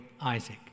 Isaac